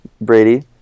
Brady